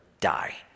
die